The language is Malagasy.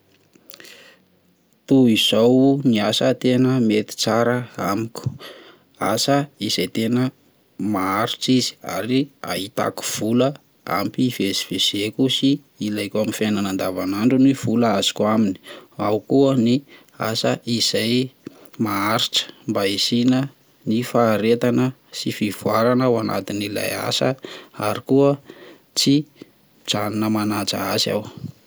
Toy izao ny asa tena mety tsara amiko, asa izay tena maharitra izy ary ahitako vola ampy hivezivezeko sy ilaiko amin'ny fiainana andavan'andro ny vola azoko aminy, ao koa ny asa izay maharitra mba hisihanan'ny faharetana sy fivoarana ao anatin' ilay asa ary koa tsy ijanona mananja azy aho.